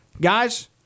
Guys